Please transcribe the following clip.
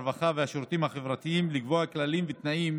הרווחה והשירותים החברתיים לקבוע כללים ותנאים